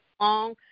long